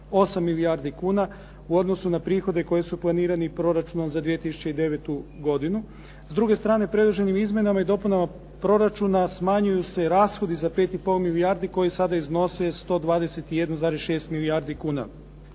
8 milijardi kuna u odnosu na prihode koji su planirani proračunom za 2009. godinu. S druge strane, predloženim izmjenama i dopunama proračuna smanjuju se rashodi za 5,5 milijardi koji sada iznose 121,6 milijardi kuna.